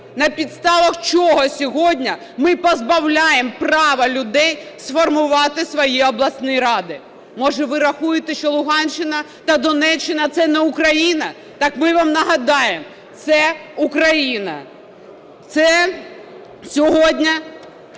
На підставах чого сьогодні ми позбавляємо права людей сформувати свої обласні ради? Може, ви рахуєте, що Луганщина та Донеччина – це не Україна? Там ми вам нагадаємо, це – Україна. Це сьогодні